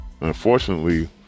Unfortunately